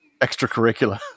extracurricular